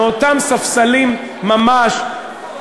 מאותם ספסלים ממש,